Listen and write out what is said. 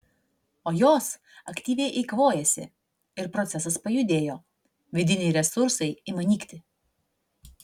o jos aktyviai eikvojasi ir procesas pajudėjo vidiniai resursai ima nykti